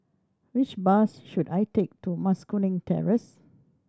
which bus should I take to Mas Kuning Terrace